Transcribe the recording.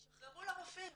שחררו לרופאים.